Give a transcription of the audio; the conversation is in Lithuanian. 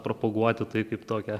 propaguoti tai kaip tokią